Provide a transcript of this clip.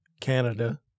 Canada